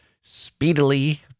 speedily